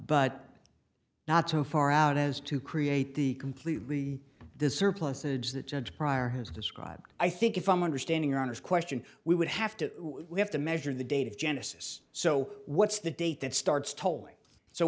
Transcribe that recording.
but not so far out as to create the completely the surplusage that judge pryor has described i think if i'm understanding your honour's question we would have to we have to measure the date of genesis so what's the date that starts toll